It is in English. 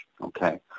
okay